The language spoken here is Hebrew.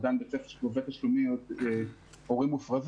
הוא עדיין בית ספר שגובה תשלומי הורים מופרזים,